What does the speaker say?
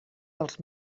dels